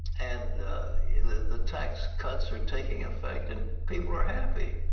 and the tax cuts are taking affect, and people are happy.